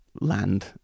land